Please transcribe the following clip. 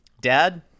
Dad